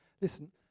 Listen